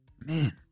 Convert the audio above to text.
man